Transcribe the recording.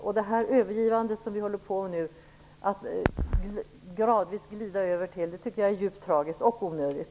Att vi nu håller på att överge den vägen och gradvis glida över till något annat tycker jag är djupt tragiskt och onödigt.